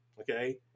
Okay